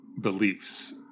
beliefs